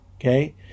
Okay